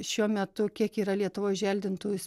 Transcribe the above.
šiuo metu kiek yra lietuvoj želdintojų